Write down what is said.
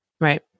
Right